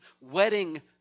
wedding